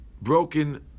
broken